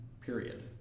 Period